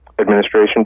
administration